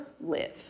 live